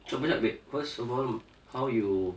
cuba jap wait first of all how you